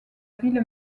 ville